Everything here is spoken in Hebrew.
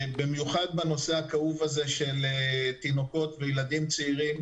במיוחד בנושא הכאוב הזה של תינוקות וילדים צעירים,